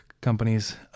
companies